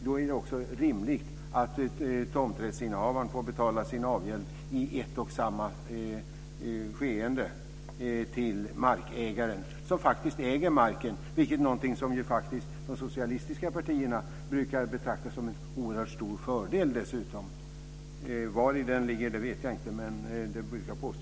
Då är det rimligt att tomträttsinnehavaren får betala sin avgäld i ett och samma skeende till markägaren. Markägaren äger faktiskt marken, något som de socialistiska partierna dessutom brukar betrakta som en stor fördel. Jag vet inte vari den ligger, men det brukar framställas på det viset.